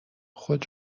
خود